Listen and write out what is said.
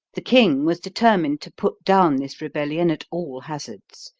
the king was determined to put down this rebellion at all hazards.